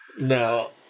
No